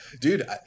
dude